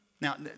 Now